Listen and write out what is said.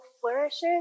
flourishes